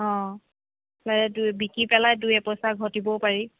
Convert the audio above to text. অ সেইটোৱেই বিক্ৰী পেলাই দুই এপইচা ঘটিবও পাৰি